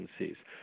agencies